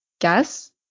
guess